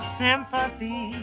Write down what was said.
sympathy